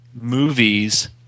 movies